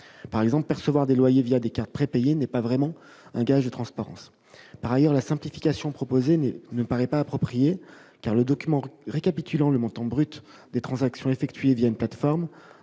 Par exemple, la perception de loyers des cartes prépayées n'est pas vraiment un gage de transparence. Par ailleurs, la simplification proposée ne paraît pas appropriée, car le document récapitulant le montant brut des transactions effectuées une plateforme